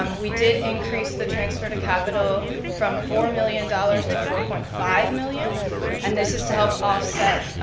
um we did increase the transfer to capital from four million dollars to four point five million and this is to help offset.